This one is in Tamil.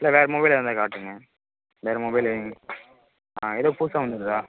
இல்லை வேறு மொபைல் இருந்தால் காட்டுங்கள் வேற மொபைலு ஆ எதுவும் புதுசாக வந்து இருக்கா